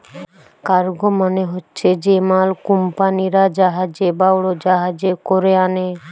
cargo মানে হচ্ছে যে মাল কুম্পানিরা জাহাজ বা উড়োজাহাজে কোরে আনে